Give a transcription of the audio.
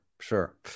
Sure